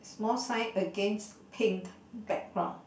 small sign against pink background